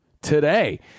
Today